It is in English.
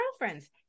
girlfriends